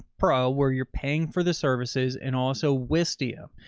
pro where you're paying for the services and also wistia.